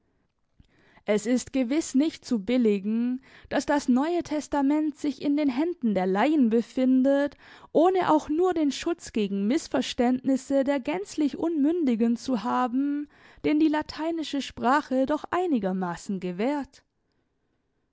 es ist gewiß nicht zu billigen daß das neue testament sich in den händen der laien befindet ohne auch nur den schutz gegen mißverständnisse der gänzlich unmündigen zu haben den die lateinische sprache doch einigermaßen gewährt